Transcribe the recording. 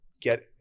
get